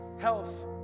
health